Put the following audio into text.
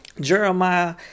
Jeremiah